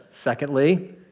Secondly